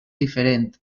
diferent